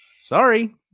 sorry